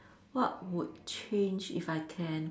what would change if I can